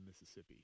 Mississippi